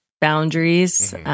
boundaries